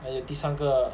还有第三个